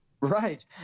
Right